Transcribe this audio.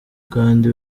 kandi